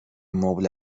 مبل